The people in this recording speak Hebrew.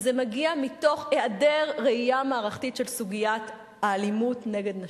וזה מגיע מתוך היעדר ראייה מערכתית של סוגיית האלימות נגד נשים.